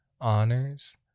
honors